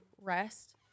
rest